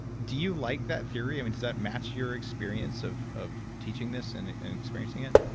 do you like that theory? i mean, does that match your experience of of teaching this and experiencing it?